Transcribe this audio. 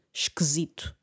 esquisito